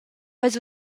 veis